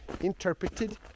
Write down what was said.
interpreted